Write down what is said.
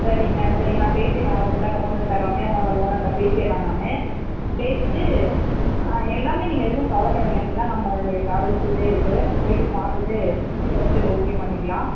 சரிங்க சரிங்க நான் பேசிர்றன் அவர்கிட்ட அந்த ஓனர்கிட்ட ரம்யா மஹால் ஓனர்கிட்ட பேசிர்றன் நான் பேசிவிட்டு ஆ எல்லாமே நீங்கள் எதுக்கும் கவலை படாதிங்க எல்லா நம்மளோட டிராவல்ஸ்ல இதே இருக்கு போயிவிட்டு பார்த்துட்டு சுற்றி பார்த்துட்டு ஓகே பண்ணிக்கிலான்